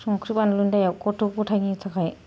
संख्रि बानलुनि दाइयाव गथ' गथाइनि थाखाय